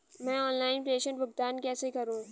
मैं ऑनलाइन प्रेषण भुगतान कैसे करूँ?